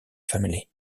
family